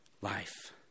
life